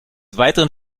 weiteren